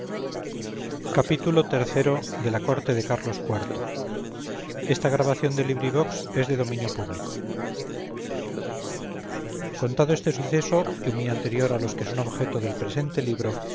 xxvi xxvii xxviii la corte de carlos iv de benito pérez galdós contado este suceso muy anterior a los que son objeto del presente libro